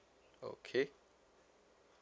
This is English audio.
okay